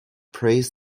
prays